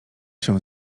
się